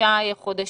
חמישה חודשים.